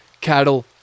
cattle